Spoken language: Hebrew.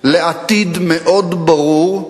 לעתיד מאוד ברור,